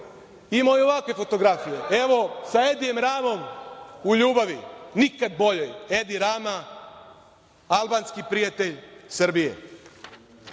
imala i ovakve fotografije. Evo sa Edijem Ramom u ljubavi, nikada boljoj, Edi Rama albanski prijatelj Srbije.